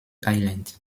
island